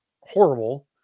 horrible